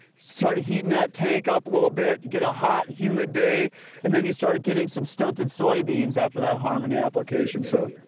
start heating that tank up a little bit. you get a hot humid day and then you start getting some stunted soybeans after that harmony application so.